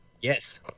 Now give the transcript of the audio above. Yes